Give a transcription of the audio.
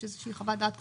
יש איזו חוות דעת כתובה?